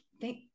thank